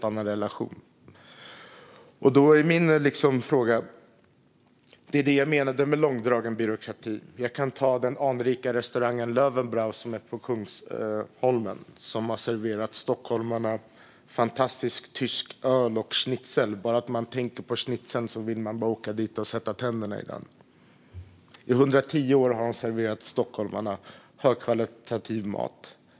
Jag talade om långdragen byråkrati. Som exempel kan jag berätta om den anrika restaurangen Löwenbräu på Kungsholmen. Den har serverat stockholmarna fantastiskt tyskt öl och schnitzel. Bara man tänker på schnitzeln vill man åka dit och sätta tänderna i den. I 110 år har man serverat stockholmarna högkvalitativ mat.